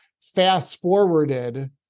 fast-forwarded